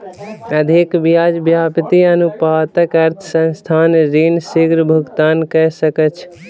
अधिक ब्याज व्याप्ति अनुपातक अर्थ संस्थान ऋण शीग्र भुगतान कय सकैछ